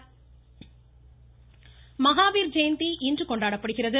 மஹாவீர் ஜெயந்தி மஹாவீர் ஜெயந்தி இன்று கொண்டாடப்படுகிறது